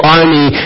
army